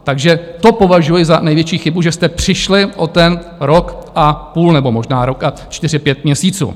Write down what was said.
Takže to považuji za největší chybu, že jste přišli o ten rok a půl, nebo možná rok a čtyři pět měsíců.